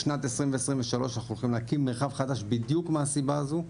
בשנת 2023 אנחנו הולכים להקים מרחב חדש בדיוק מהסיבה הזו,